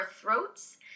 throats